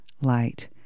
light